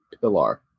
pillar